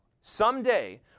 someday